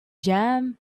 jam